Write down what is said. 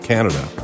Canada